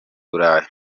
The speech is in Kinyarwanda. burayi